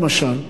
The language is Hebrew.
למשל,